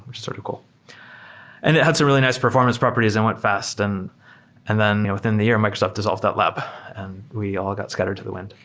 sort of and it had some really nice performance properties and went fast and and then within the year, microsoft dissolved that lab and we all got scattered to the wind.